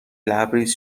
لبریز